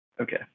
Okay